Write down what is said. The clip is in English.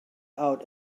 out